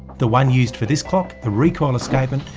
the one used for this clock, the recoil escapement,